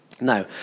Now